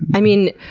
i mean,